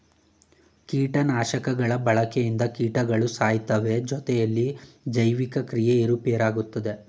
ಕೀಟನಾಶಕಗಳ ಬಳಕೆಯಿಂದ ಕೀಟಗಳು ಸಾಯ್ತವೆ ಜೊತೆಗೆ ಜೈವಿಕ ಕ್ರಿಯೆ ಏರುಪೇರಾಗುತ್ತದೆ